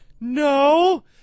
no